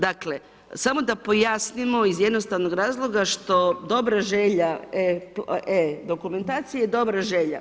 Dakle, samo da pojasnimo iz jednostavnog razloga što dobra želja e dokumentacije je dobra želja.